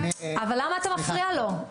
אבל למה אתה מפריע לו?